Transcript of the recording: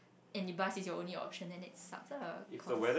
and the bus is your only option then it sucks lah cause